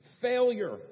failure